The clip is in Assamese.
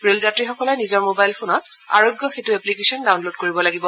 ৰেল যাত্ৰীসকলে নিজৰ মোবাইল ফোনত আৰোগ্য সেতু এপ্লিকেচন ডাউনলোড কৰিব লাগিব